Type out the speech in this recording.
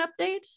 update